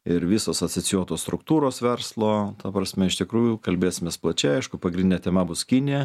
ir visos asocijuotos struktūros verslo ta prasme iš tikrųjų kalbėsimės plačiai aišku pagrindinė tema bus kinija